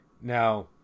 Now